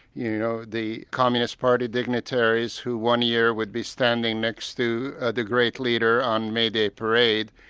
you know the communist party dignitaries who one year would be standing next to the great leader on may day parade,